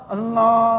Allah